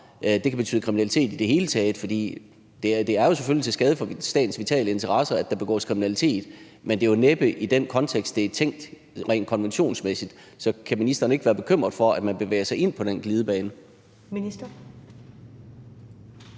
kan betyde kriminalitet i det hele taget, fordi det jo selvfølgelig er til skade for statens vitale interesser, at der begås kriminalitet, men det jo næppe er i den kontekst, det er tænkt rent konventionsmæssigt? Så kan ministeren ikke være bekymret for, at man bevæger sig ind på den glidebane?